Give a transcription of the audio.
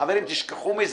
חברים, תשכחו מזה.